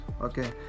okay